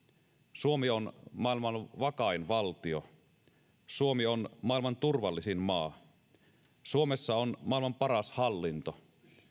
suomi on maailman vakain valtio suomi on maailman turvallisin maa suomessa on maailman paras hallinto